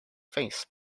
face